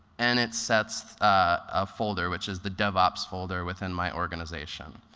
and it sets a folder, which is the devops folder within my organization.